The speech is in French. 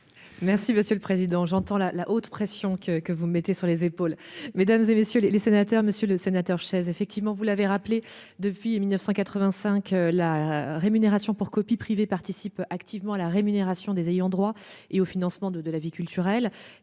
Merci, monsieur le Président, j'entends la la haute pression que que vous mettez sur les épaules mesdames et messieurs les sénateurs, Monsieur le Sénateur chaises effectivement vous l'avez rappelé depuis 1985 la rémunération pour copie privée participe activement à la rémunération des ayants droit et au financement de de la vie culturelle.